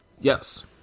Yes